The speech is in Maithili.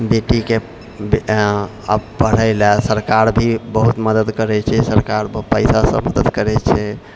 बेटीके अब पढ़ै लए सरकार भी बहुत मदति करै छै सरकार पैसासँ मदति करै छै